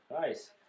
Nice